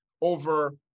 over